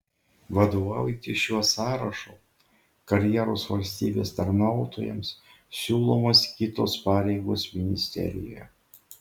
vadovaujantis šiuo sąrašu karjeros valstybės tarnautojams siūlomos kitos pareigos ministerijoje